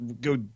go